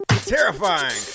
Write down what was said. Terrifying